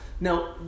Now